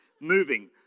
moving